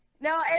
No